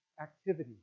activity